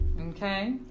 Okay